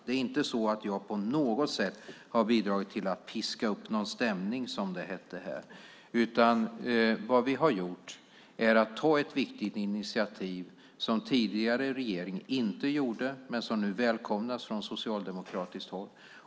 Det är inte så att jag på något sätt har bidragit till att piska upp stämningen, som det hette här. Vi har tagit ett viktigt initiativ som tidigare regering inte gjorde men som nu välkomnas från socialdemokratiskt håll.